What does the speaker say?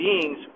beings